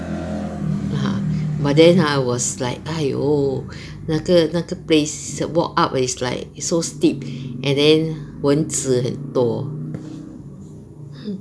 ah but then I was like !haiyo! 那个 place walk up is like it's so steep and then 蚊子很多